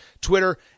Twitter